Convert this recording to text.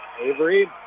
Avery